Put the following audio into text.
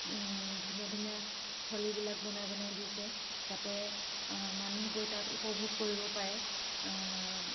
ধুনীয়া ধুনীয়া স্থলীবিলাক বনাই বনাই দিছে যাতে মানুহ গৈ তাত উপভোগ কৰিব পাৰে